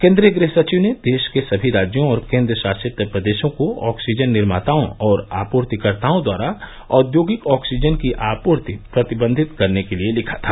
केंद्रीय गृह सचिव ने देश के सभी राज्यों और केंद्र शासित प्रदेशों को ऑक्सीजन निर्माताओं और आपूर्तिकर्ताओं द्वारा औद्योगिक ऑक्सीजन की आपूर्ति प्रतिबंधित करने के लिए लिखा था